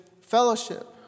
fellowship